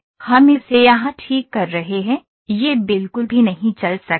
हम इसे यहाँ ठीक कर रहे हैं यह बिल्कुल भी नहीं चल सकता है